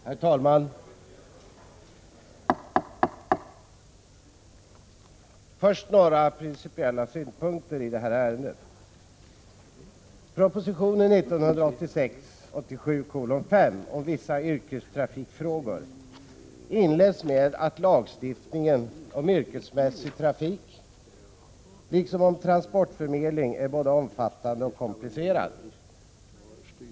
Herr talman! Först några principiella synpunkter i ärendet. Proposition 1986/87:5 om vissa yrkestrafikfrågor inleds med konstaterandet att lagstiftningen om yrkesmässig trafik — liksom lagstiftningen om transportförmedling — är både omfattande och komplicerad.